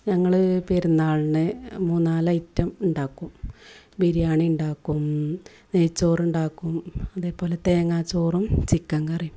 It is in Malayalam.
ഞങ്ങൾ പെരുന്നാളിന് മൂന്നാലൈറ്റം ഉണ്ടാക്കും ബിരിയാണി ഉണ്ടാക്കും നെയ്ച്ചോറുണ്ടാക്കും അതേപോലെ തേങ്ങാച്ചോറും ചിക്കന് കറിയും